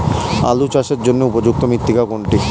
আলু চাষের ক্ষেত্রে উপযুক্ত মৃত্তিকা কোনটি?